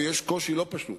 ויש קושי לא פשוט